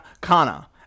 Kana